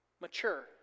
Mature